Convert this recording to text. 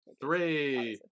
Three